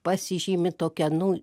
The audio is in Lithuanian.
pasižymi tokia nu